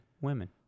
women